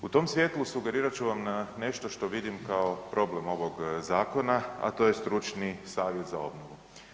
U tom svjetlu sugerirat ću vam nešto što vidim kao problem ovog zakona, a to je stručni savjet za obnovu.